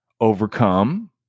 overcome